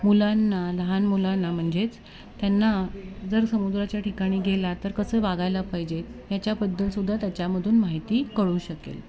मुलांना लहान मुलांना म्हणजेच त्यांना जर समुद्राच्या ठिकाणी गेला तर कसं वागायला पाहिजेत याच्याबद्दलसुद्धा त्याच्यामधून माहिती कळू शकेल